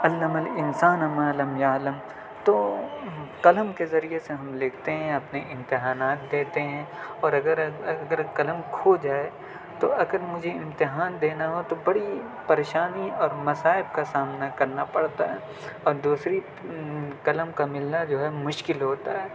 علم الانسان مالم یعلم تو قلم کے ذریعے سے ہم لکھتے ہیں یا اپنے امتحانات دیتے ہیں اور اگر اگر قلم کھو جائے تو اگر مجھے امتحان دینا ہو تو بڑی پریشانی اور مصائب کا سامنا کرنا پڑتا ہے اب دوسری قلم کا ملنا جو ہے مشکل ہوتا ہے